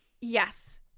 Yes